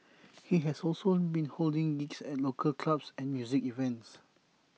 he has also been holding gigs at local clubs and music events